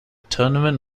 tournament